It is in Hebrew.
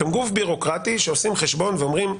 ואתם עושים חשבון ואומרים: